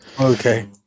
Okay